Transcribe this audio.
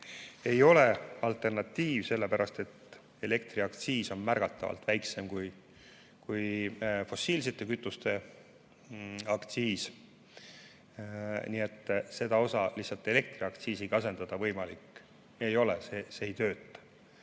ei ole alternatiiv, sellepärast et elektriaktsiis on märgatavalt väiksem kui fossiilsete kütuste aktsiis. Seda osa lihtsalt elektriaktsiisiga asendada võimalik ei ole, see ei tööta.